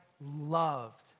loved